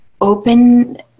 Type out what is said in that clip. open